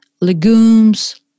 legumes